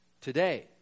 today